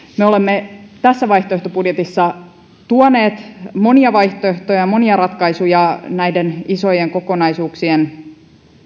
me olemme tässä vaihtoehtobudjetissa tuoneet monia vaihtoehtoja monia ratkaisuja näiden isojen kokonaisuuksien